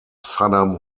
saddam